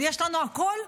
יש לנו הכול,